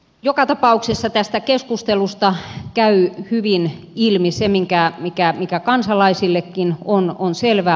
joka tapauksessa tästä keskustelusta käy hyvin ilmi se mikä kansalaisillekin on selvää